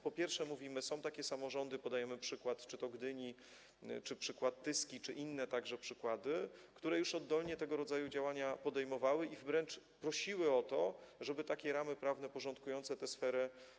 Po pierwsze, mówimy, są takie samorządy, podajemy przykład Gdyni, przykład tyski czy inne przykłady, które już oddolnie tego rodzaju działania podejmowały i wręcz prosiły o to, żeby stworzyć ramy prawne porządkujące tę sferę.